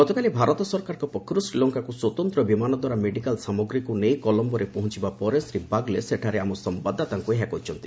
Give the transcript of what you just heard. ଗତକାଲି ଭାରତ ସରକାରଙ୍କ ପକ୍ଷରୁ ଶ୍ରୀଲଙ୍କାକୁ ସ୍ୱତନ୍ତ୍ର ବିମାନଦ୍ୱାରା ମେଡିକାଲ୍ ସାମଗ୍ରୀକୁ ନେଇ କଲମ୍ବୋରେ ପହଞ୍ଚବା ପରେ ଶ୍ରୀ ବାଗ୍ଲେ ସେଠାରେ ଆମ ସମ୍ଭାଦତାତାଙ୍କୁ ଏହା କହିଛନ୍ତି